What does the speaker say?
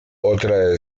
otra